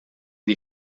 die